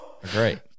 great